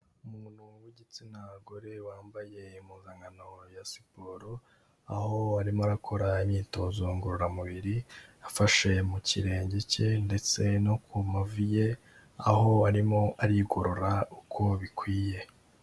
Umuntu w'igitsina gore wambaye impuzaankano ya siporo aho arimo arakora imyitozo ngororamubiri, afashe mu kirenge cye ndetse no ku mavi ye, aho arimo arigorora uko bikwiye.